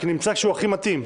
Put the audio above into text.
כי נמצא שהוא הכי מתאים,